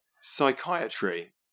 Psychiatry